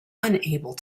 unable